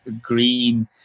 green